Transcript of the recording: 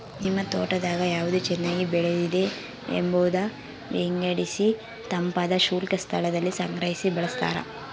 ನಿಮ್ ತೋಟದಾಗ ಯಾವ್ದು ಚೆನ್ನಾಗಿ ಬೆಳೆದಿದೆ ಎಂಬುದ ವಿಂಗಡಿಸಿತಂಪಾದ ಶುಷ್ಕ ಸ್ಥಳದಲ್ಲಿ ಸಂಗ್ರಹಿ ಬಳಸ್ತಾರ